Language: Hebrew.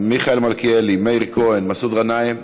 מיכאל מלכיאלי, מאיר כהן, מסעוד גנאים,